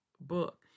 book